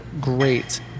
great